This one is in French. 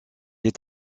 est